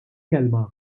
kelma